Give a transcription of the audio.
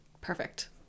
Perfect